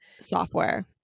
software